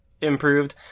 improved